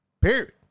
Period